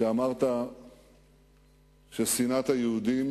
כשאמרת ששנאת היהודים